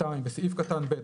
(2)בסעיף קטן (ב),